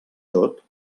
tot